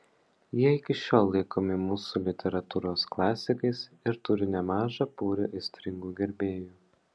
jie iki šiol laikomi mūsų literatūros klasikais ir turi nemažą būrį aistringų gerbėjų